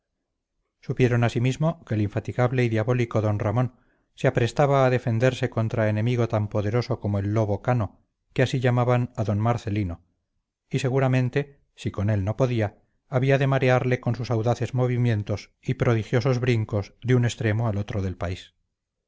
supieron asimismo que el infatigable y diabólico d ramón se aprestaba a defenderse contra enemigo tan poderoso como el lobo cano que así llamaban a d marcelino y seguramente si con él no podía había de marearle con sus audaces movimientos y prodigiosos brincos de un extremo al otro del país